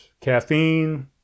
caffeine